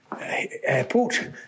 airport